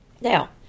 Now